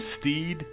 Steed